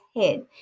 head